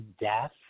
death